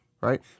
Right